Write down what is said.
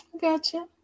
Gotcha